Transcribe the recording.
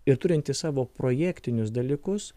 ir turintis savo projektinius dalykus